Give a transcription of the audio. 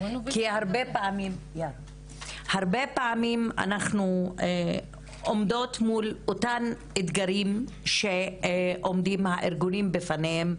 כי הרבה פעמים אנחנו עומדות מול אותם אתגרים שעומדים הארגונים בפניהם,